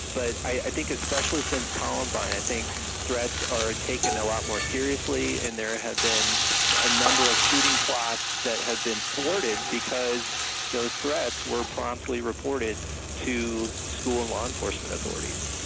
but i think especially since columbine i think threats are ah taken a lot more seriously and there have been a number of shooting plots that have been thwarted because those threats were promptly reported to school law enforcement authorities.